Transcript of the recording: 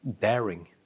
daring